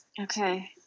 okay